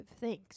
thanks